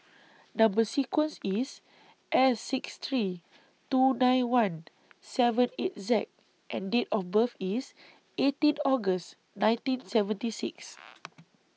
Number sequence IS S six three two nine one seven eight Z and Date of birth IS eighteen August nineteen seventy six